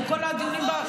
כי כל הדיונים שלי,